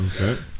Okay